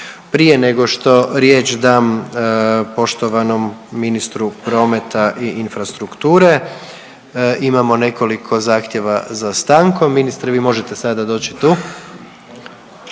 Prije nego što riječ dam poštovanom ministru prometa i infrastrukture, imamo nekoliko zahtjeva za stankom. Ministre vi možete sada doći tu,